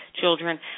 children